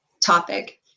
topic